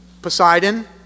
Poseidon